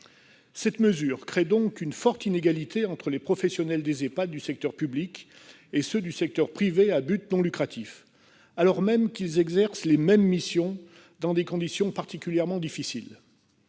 Cette mesure crée donc une forte inégalité entre les professionnels des Ehpad du secteur public et ceux du secteur privé à but non lucratif, alors même qu'ils exercent les mêmes missions, dans des conditions particulièrement difficiles.